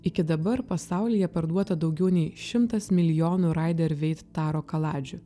iki dabar pasaulyje parduota daugiau nei šimtas milijonų raider veit taro kaladžių